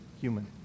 human